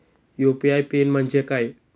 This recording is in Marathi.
यू.पी.आय पिन म्हणजे काय?